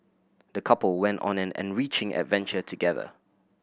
the couple went on an enriching adventure together